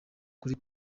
kuri